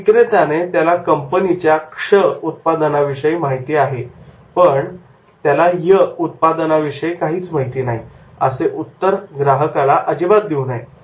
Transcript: विक्रेत्याने त्याला कंपनीच्या 'क्ष' उत्पादनाविषयी माहिती आहे पण 'य' उत्पादनाविषयी त्याला काहीच माहिती नाही असे उत्तर ग्राहकाला अजिबात देऊ नये